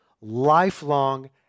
Lifelong